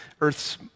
Earth's